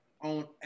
on